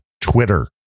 twitter